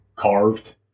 carved